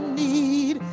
need